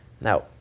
Now